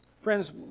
Friends